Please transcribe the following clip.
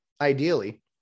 ideally